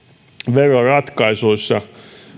veroratkaisuissa